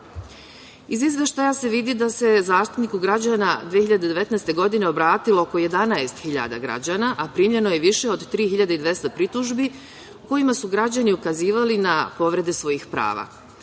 Izveštaja se vidi da se Zaštitniku građana 2019. godine obratilo oko 11 hiljada građana, a primljeno je više od 3.200 pritužbi, u kojima su građani ukazivali na povrede svojih prava.